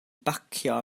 bacio